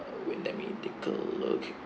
wait let me take a look